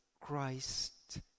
Christ